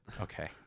Okay